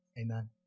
amen